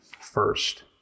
first